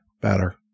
better